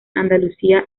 andalucía